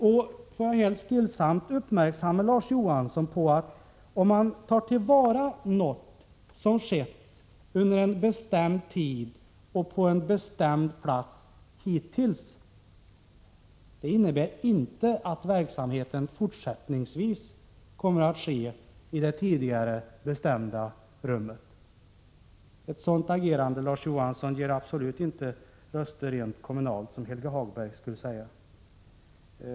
Får jag helt stilla göra Larz Johansson uppmärksam på, att om man tar till vara något som har skett under en bestämd tid och på en bestämd plats ”hittills”, innebär detta inte att verksamheten fortsättningsvis kommer att ske på den tidigare bestämda platsen. Ett sådant agerande, Larz Johansson, ger absolut inte röster ”rent kommunalt”, som Helge Hagberg brukar säga.